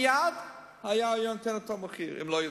מייד היה נותן אותו מחיר, אם לא יותר.